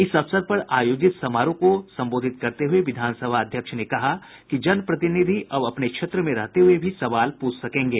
इस अवसर पर आयोजित समारोह को संबोधित करते हुये विधानसभा अध्यक्ष ने कहा कि जनप्रतिनिधि अब अपने क्षेत्र में रहते हुये भी सवाल पूछ सकेंगे